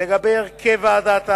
לגבי הרכב ועדת הערר,